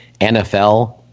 NFL